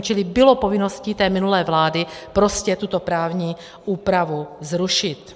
Čili bylo povinností té minulé vlády prostě tuto právní úpravu zrušit